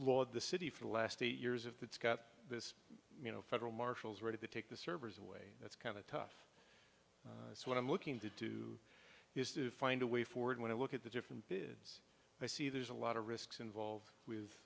lord the city for the last eight years of that's got this you know federal marshals ready to take the servers away that's kind of tough so what i'm looking to do is to find a way forward when i look at the different periods i see there's a lot of risks involved with